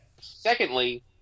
Secondly